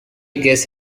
guess